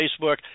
Facebook